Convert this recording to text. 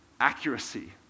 accuracy